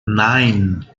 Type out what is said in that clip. nine